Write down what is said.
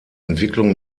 entwicklung